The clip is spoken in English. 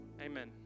Amen